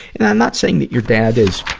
and i'm not saying that your dad is,